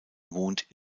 wohnt